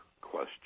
question